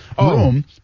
room